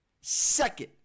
second